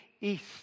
east